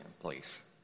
please